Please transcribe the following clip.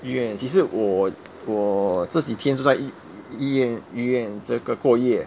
医院其实我我这几天住在医院医院这个过夜